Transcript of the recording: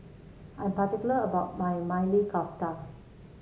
I am particular about my Maili Kofta